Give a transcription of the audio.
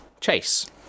Chase